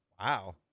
Wow